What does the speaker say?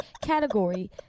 category